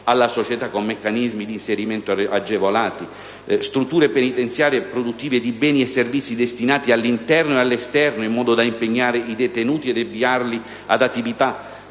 alla società con meccanismi di inserimento agevolati; facendo in modo che le strutture penitenziarie divengano produttive di beni e servizi destinati all'interno e all'esterno, in modo da impegnare i detenuti ed avviarli ad attività